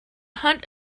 hunt